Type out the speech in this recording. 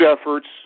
efforts